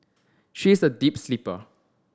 she is a deep sleeper